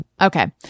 Okay